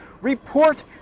report